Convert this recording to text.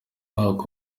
mwaka